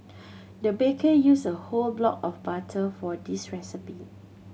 the baker used a whole block of butter for this recipe